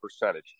percentage